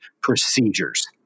procedures